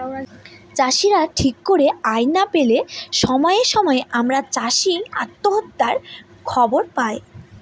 চাষীরা ঠিক করে আয় না পেলে সময়ে সময়ে আমরা চাষী আত্মহত্যার খবর পায়